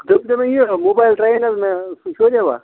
تُہۍ ؤنۍتو مےٚ یہِ موبایل ترٛایا حظ نا مےٚ سُہ شیریوا